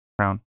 Crown